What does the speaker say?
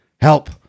Help